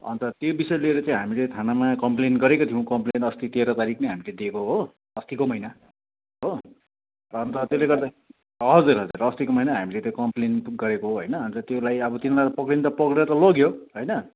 अन्त त्यो विषय लिएर चाहिँ हामीले थानामा कम्प्लेन गरेको थियौँ कम्प्लेन अस्ति तेह्र तारिक नै हामीले दिएको हो अस्तिको महिना हो अन्त त्यसले गर्दा हजुर हजुर अस्तिको महिना हामीले त्यो कम्प्लेन गरेको हो अन्त त्यसलाई तिनीहरूलाई त पक्रिन त पक्रेर लग्यो होइन